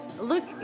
look